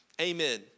amen